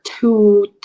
two